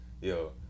Yo